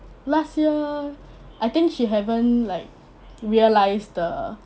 last year I think she haven't like realise the